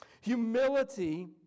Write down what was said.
Humility